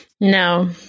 No